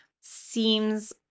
seems